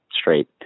straight